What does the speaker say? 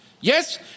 Yes